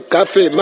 Cafe